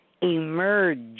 Emerge